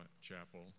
chapel